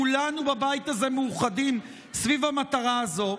כולנו בבית הזה מאוחדים סביב המטרה הזו,